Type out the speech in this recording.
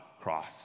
cross